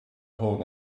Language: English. hold